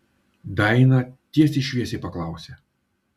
daina tiesiai šviesiai paklausė